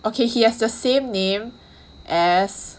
okay he has the same name as